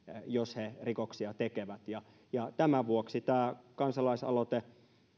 jos he tekevät rikoksia tämän vuoksi tämä kansalaisaloite